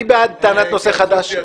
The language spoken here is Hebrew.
מי בעד טענת נושא חדש?